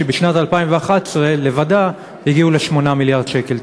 שבשנת 2011 לבדה הגיע ל-8 מיליארד שקל.